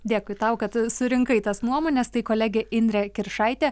dėkui tau kad surinkai tas nuomones tai kolegė indrė kiršaitė